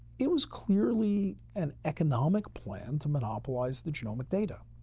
it was clearly an economic plan to monopolize the genomic data.